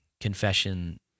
confession